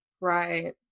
Right